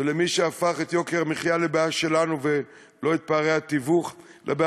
ולמי שהפך את יוקר המחיה ולא את פערי התיווך לבעיה